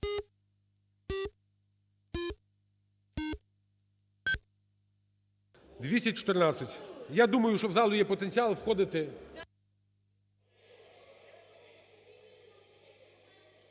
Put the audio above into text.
За-214 Я думаю, що в залу є потенціал входити...